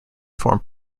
form